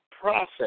process